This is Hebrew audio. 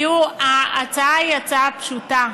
ההצעה היא הצעה פשוטה.